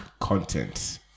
content